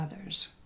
others